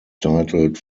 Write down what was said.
titled